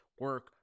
Work